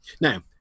Now